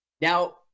Now